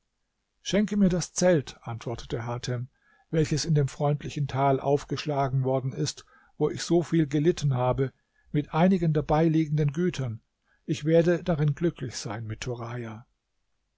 schenke mir das zelt antwortete hatem welches in dem freundlichen tal aufgeschlagen worden ist wo ich so viel gelitten habe mit einigen dabei liegenden gütern ich werde darin glücklich sein mit turaja